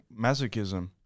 masochism